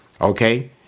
Okay